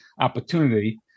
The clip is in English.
opportunity